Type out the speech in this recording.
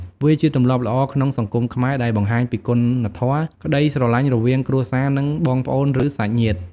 វាជាទម្លាប់ល្អក្នុងសង្គមខ្មែរ ដែលបង្ហាញពីគុណធម៌ ក្តីស្រឡាញ់រវាងគ្រួសារនិង បងប្អូនឬសាច់ញាតិ។